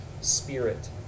Spirit